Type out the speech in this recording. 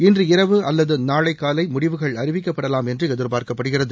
இன்று இரவு அல்லதுநாளைகாலைமுடிவுகள் அறிவிக்கப்படலாம் என்றுஎதிர்பார்க்கப்படுகிறது